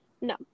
No